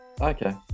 Okay